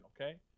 okay